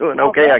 okay